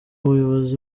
abayobozi